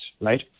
right